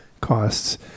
costs